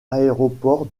aéroport